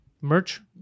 Merch